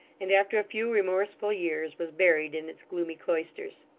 and after a few remorseful years was buried in its gloomy cloisters.